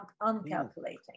uncalculating